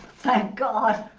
thank god!